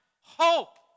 Hope